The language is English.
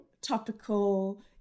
topical